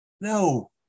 No